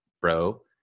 bro